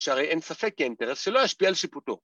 ‫שהרי אין ספק כי האינטרס ‫שלו ישפיע על שיפוטו.